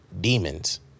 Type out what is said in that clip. demons